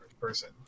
person